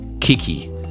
kiki